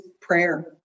prayer